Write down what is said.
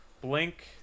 Blink